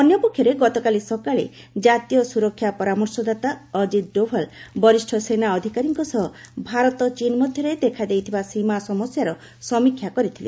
ଅନ୍ୟପକ୍ଷରେ ଗତକାଲି ସକାଳେ ଜାତୀୟ ସୁରକ୍ଷା ପରାମର୍ଶଦାତା ଅଜିତ ଡୋଭାଲ୍ ବରିଷ ସେନା ଅଧିକାରୀଙ୍କ ସହ ଭାରତ ଚୀନ ମଧ୍ୟରେ ଦେଖାଦେଇଥିବା ସୀମା ସମସ୍ୟାର ସମୀକ୍ଷା କରିଥିଲେ